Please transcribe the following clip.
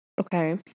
Okay